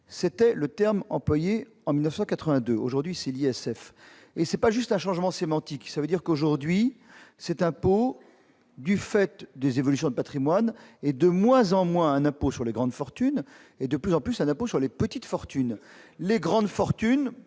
c'était le terme employé en 1982. Aujourd'hui, c'est l'ISF, et il ne s'agit pas juste d'un changement sémantique. En effet, aujourd'hui, cet impôt, du fait des évolutions de patrimoine, est de moins en moins un impôt sur les grandes fortunes, et de plus en plus un impôt sur les petites fortunes. Tout à fait ! Les grandes fortunes,